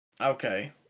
Okay